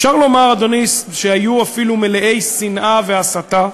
אפשר לומר, אדוני, שהיו אפילו מלאי שנאה והסתה,